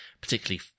particularly